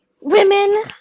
women